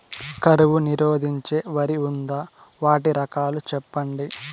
కరువు నిరోధించే వరి ఉందా? వాటి రకాలు చెప్పండి?